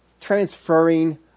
transferring